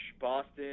Boston